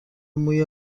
موی